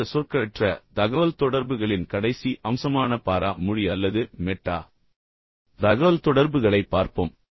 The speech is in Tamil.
இறுதியில் இந்த சொற்களற்ற தகவல்தொடர்புகளின் கடைசி அம்சமான பாரா மொழி அல்லது மெட்டா தகவல்தொடர்புகளைப் பார்ப்போம்